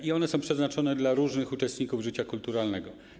I one są przeznaczone dla różnych uczestników życia kulturalnego.